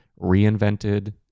reinvented